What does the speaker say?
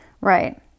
Right